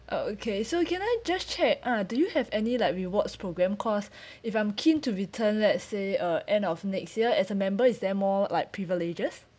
uh okay so can I just check uh do you have any like rewards programme cause if I'm keen to return let's say uh end of next year as a member is there more like privileges